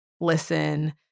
listen